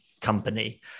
company